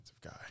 guy